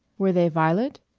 were they violet,